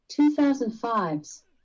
2005's